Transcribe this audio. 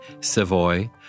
Savoy